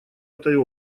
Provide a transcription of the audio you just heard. этой